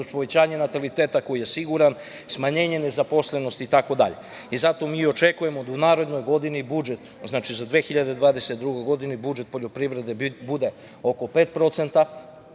povećanje nataliteta koje siguran, smanjenje nezaposlenosti itd. Zato mi očekujemo da u narednoj godini budžet, znači za 2021. godinu budžet poljoprivede bude oko 5%,